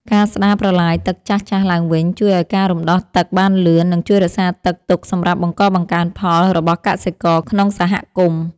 ការស្តារប្រឡាយទឹកចាស់ៗឡើងវិញជួយឱ្យការរំដោះទឹកបានលឿន និង ជួយរក្សាទឹកទុកសម្រាប់បង្កបង្កើនផលរបស់កសិករក្នុងសហគមន៍។